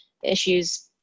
issues